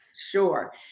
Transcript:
sure